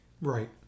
right